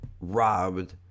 robbed